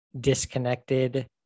disconnected